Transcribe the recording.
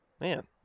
man